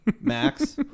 Max